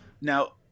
Now –